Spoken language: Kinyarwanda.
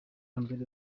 mbere